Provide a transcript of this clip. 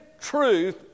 Truth